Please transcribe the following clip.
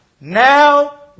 Now